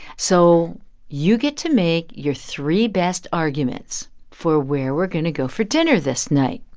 so you get to make your three best arguments for where we're going to go for dinner this night.